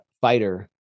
fighter